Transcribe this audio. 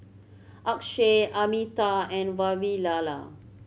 Akshay Amitabh and Vavilala